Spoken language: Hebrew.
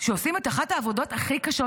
שעושים את אחת העבודות הכי קשות,